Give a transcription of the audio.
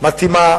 שהם לא ייכנסו,